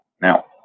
Now